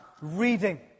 reading